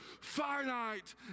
finite